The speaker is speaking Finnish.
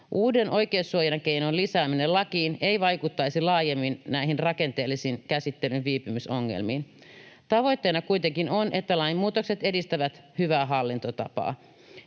Uuden oikeussuojakeinon lisääminen lakiin ei vaikuttaisi laajemmin näihin rakenteellisiin käsittelyn viipymisongelmiin. Tavoitteena kuitenkin on, että lain muutokset edistävät hyvää hallintotapaa.